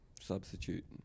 Substitute